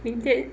明天